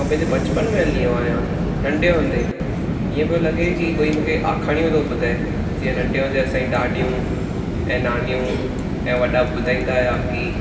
मां पंहिंजे बचपन में हली वियो आहियां नंढे हूंदे हीअं पियो लॻे की कोई मूंखे आखाणियूं थो ॿुधाए जीअं नंढे हूंदे असांजूं ॾाॾियूं ऐं नानियूं ऐं वॾा ॿुधाईंदा हुया की